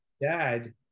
dad